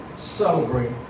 Celebrate